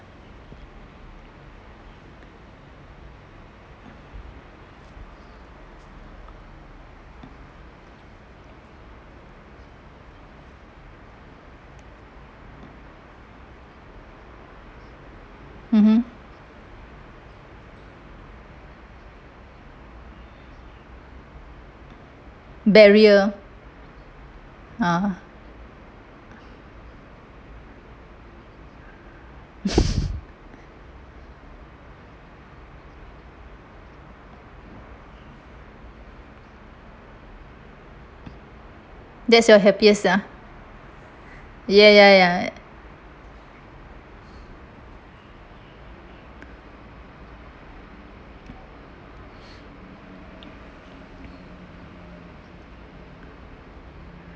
(uh huh) barrier ah that's your happiest ah ya ya ya